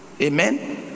Amen